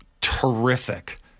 terrific